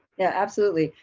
yeah absolutely.